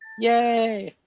yay!